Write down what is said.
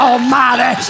Almighty